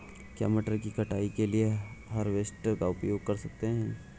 क्या मटर की कटाई के लिए हार्वेस्टर का उपयोग कर सकते हैं?